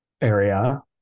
area